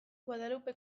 guadalupe